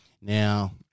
Now